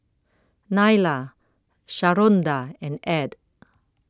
Nyla Sharonda and Ed